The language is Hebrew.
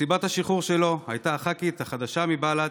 במסיבת השחרור שלו הייתה הח"כית החדשה מבל"ד,